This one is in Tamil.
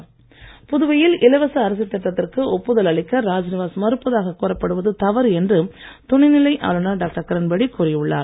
துணை நிலை ஆளுநர் புதுவையில் இலவச அரிசி திட்டத்திற்கு ஒப்புதல் அளிக்க ராஜ்நிவாஸ் மறுப்பதாக கூறப்படுவது தவறு என்று துணை நிலை ஆளுநர் டாக்டர் கிரண்பேடி கூறி உள்ளார்